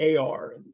AR